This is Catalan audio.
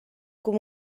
com